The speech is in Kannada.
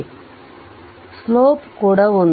ಆದ್ದರಿಂದ ಸ್ಲೋಪ್ ಕೂಡ 1